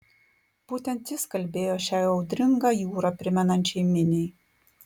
būtent jis kalbėjo šiai audringą jūrą primenančiai miniai